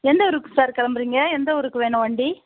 எந்த ஊருக்கு சார் கிளம்புறீங்க எந்த ஊருக்கு வேணும் வண்டி